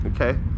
Okay